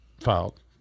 filed